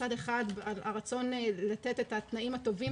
מצד אחד הרצון לתת את התנאים הטובים